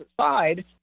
side